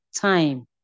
time